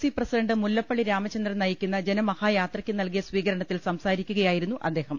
C president Mullappally Ramachandran നയിക്കുന്ന ജനമഹായാത്ര യ്ക്ക് നൽകിയ സ്വീകരണത്തിൽ സംസാരിക്കുകയായിരുന്നു അദ്ദേഹം